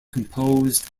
composed